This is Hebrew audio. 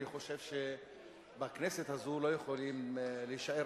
אני חושב שבכנסת הזאת לא יכולים להישאר